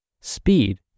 speed